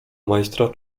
majstra